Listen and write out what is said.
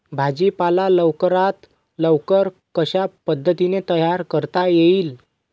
भाजी पाला लवकरात लवकर कशा पद्धतीने तयार करता येईल?